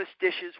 dishes